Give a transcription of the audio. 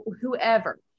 whoever